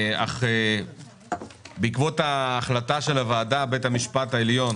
אך בעקבות החלטה של הוועדה בית המשפט העליון